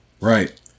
right